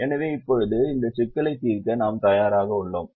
எனவே இப்போது இந்த சிக்கலை தீர்க்க நாம் தயாராக உள்ளோம்